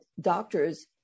doctors